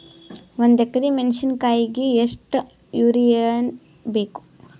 ಒಂದ್ ಎಕರಿ ಮೆಣಸಿಕಾಯಿಗಿ ಎಷ್ಟ ಯೂರಿಯಬೇಕು?